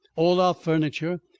all our furniture,